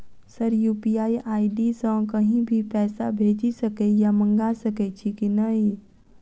Sir UPI ID सँ कहि भी पैसा भेजि सकै या मंगा सकै छी की न ई?